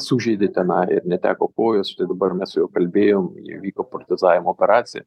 sužeidė tenai ir neteko kojos dabar mes su juo kalbėjom įvyko protezavimo operacija